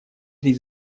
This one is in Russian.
три